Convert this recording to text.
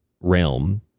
realm